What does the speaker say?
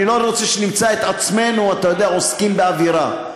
אני לא רוצה שנמצא את עצמנו עוסקים באווירה.